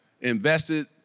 invested